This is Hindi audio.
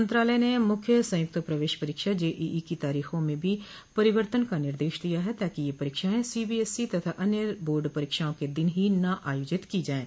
मंत्रालय ने मुख्य संयुक्त प्रवेश परीक्षा जेईई की तारीखों में भी परिवर्तन का निर्देश दिया है ताकि ये परीक्षाएं सीबीएसई तथा अन्य बोर्ड परीक्षाओं के दिन ही न आयोजित की जाएं